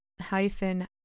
hyphen